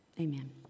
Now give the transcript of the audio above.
amen